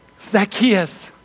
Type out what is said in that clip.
Zacchaeus